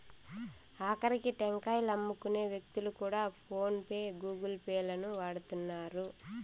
ఆకరికి టెంకాయలమ్ముకునే వ్యక్తులు కూడా ఫోన్ పే గూగుల్ పే లను వాడుతున్నారు